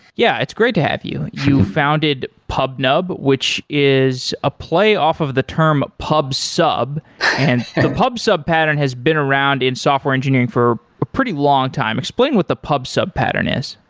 yeah, it's great to have you. you founded pubnub which is a play-off of the term pub-sub, and the pub-sub pattern has been around in software engineering for a pretty long time. explain with the pub-sub pattern is.